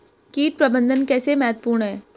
कीट प्रबंधन कैसे महत्वपूर्ण है?